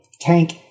tank